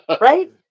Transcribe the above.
Right